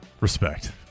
Respect